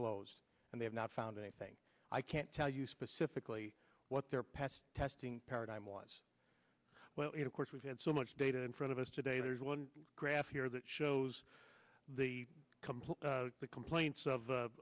closed and they've not found anything i can't tell you specifically what their past testing paradigm was well it of course we've had so much data in front of us today there's one graph here that shows the complete the complaints of u